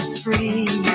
free